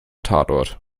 tatort